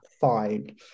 fine